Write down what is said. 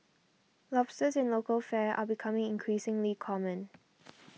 lobsters in local fare are becoming increasingly common